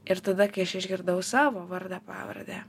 ir tada kai aš išgirdau savo vardą pavardę